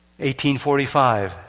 1845